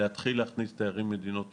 להתחיל להכניס תיירים ממדינות ירוקות,